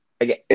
again